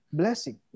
blessing